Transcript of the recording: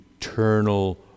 eternal